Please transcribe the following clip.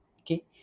Okay